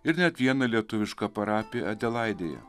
ir net vieną lietuvišką parapiją adelaidėje